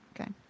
Okay